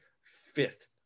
fifth